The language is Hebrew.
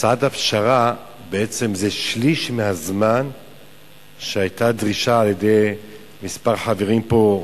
הצעת הפשרה זה שליש מהזמן שהיה בדרישה של כמה חברים פה,